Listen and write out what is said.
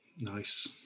Nice